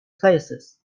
places